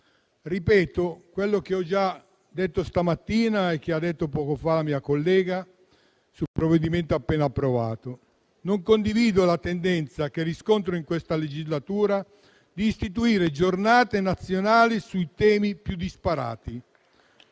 Ripeto quello che ho già detto stamattina e che ha detto poco fa la mia collega sul provvedimento appena approvato. Non condivido la tendenza, che riscontro in questa legislatura, di istituire giornate nazionali sui temi più disparati.